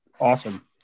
Awesome